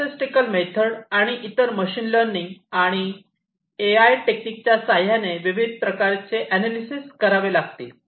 statistical method आणि इतर machine learning आणि एआय टेक्निकच्या सहाय्याने विविध प्रकारच्या अनालिसेस करावे लागतील